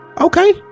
Okay